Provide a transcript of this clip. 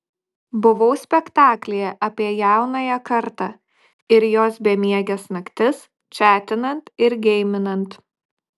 buvau spektaklyje apie jaunąją kartą ir jos bemieges naktis čatinant ir geiminant